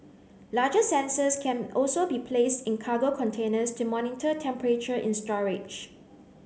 larger sensors can also be placed in cargo containers to monitor temperature in storage